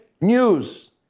News